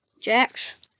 Jax